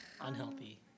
Unhealthy